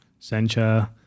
sencha